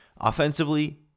Offensively